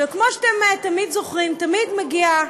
עכשיו, כמו שאתם תמיד זוכרים, תמיד מגיע,